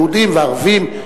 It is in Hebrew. יהודים וערבים,